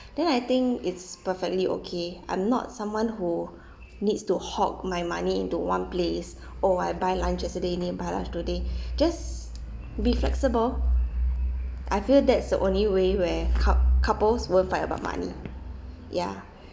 then I think it's perfectly okay I'm not someone who needs to hoard my money into one place oh I buy lunch yesterday you need to buy lunch today just be flexible I feel that's the only way where coup~ couples will fight about money ya